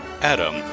Adam